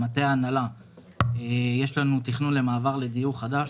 במטה ההנהלה יש לנו תכנון למעבר לדיור חדש,